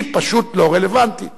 היא פשוט לא רלוונטית.